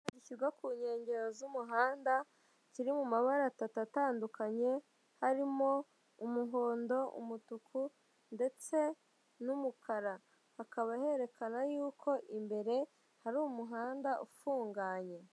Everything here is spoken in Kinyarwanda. Gishyirwa ku nkengero z'umuhanda kiri mu mabara atatu atandukanye harimo umuhondo umutuku ndetse n'umukara kikaba cyerekana yuko imbere hari umuhanda ufunganye.